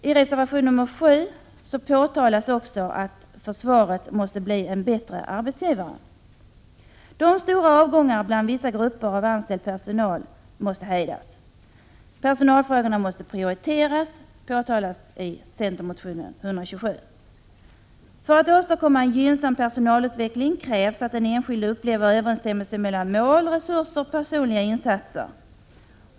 I reservation 7 påtalas också att försvaret måste bli en bättre arbetsgivare. De stora avgångarna bland vissa grupper av anställd personal måste hejdas. Personalfrågorna måste prioriteras, påtalas det i centermotionen Fö127. För att åstadkomma en gynnsam personalutveckling krävs att den enskilde upplever en överensstämmelse mellan mål, resurser och personliga insatser.